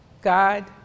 God